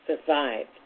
survived